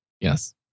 Yes